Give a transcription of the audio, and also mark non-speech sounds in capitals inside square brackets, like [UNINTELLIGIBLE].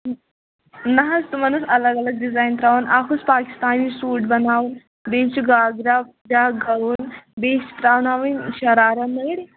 [UNINTELLIGIBLE] نہ حظ تِمن اوس اَلگ اَلگ ڈِزایِن ترٛاوُن اَکھ اوس پاکِستانی سوٗٹ بناوُن بیٚیہِ بناوُن بیٚیِس چھُ گاگرا بیٛاکھ گاوُن بیٚیِس چھُ ترٛاوناوٕنۍ شَرارا نٔرۍ